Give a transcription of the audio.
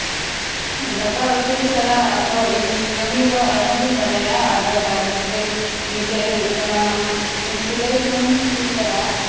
ᱫᱟᱠᱟ ᱩᱛᱩ ᱪᱷᱟᱲᱟ ᱟᱨᱦᱚᱸ ᱤᱧ ᱠᱟᱹᱢᱤ ᱫᱚ ᱟᱭᱢᱟ ᱜᱤᱧ ᱵᱟᱲᱟᱭᱟ ᱟᱫᱚ ᱛᱟᱨ ᱢᱚᱫᱽᱫᱷᱮ ᱢᱤᱫᱴᱮᱡ ᱦᱩᱭᱩᱜ ᱠᱟᱱᱟ ᱥᱤᱞᱟᱹᱭ ᱠᱟᱹᱢᱤᱧ ᱪᱮᱫ ᱠᱟᱫᱟ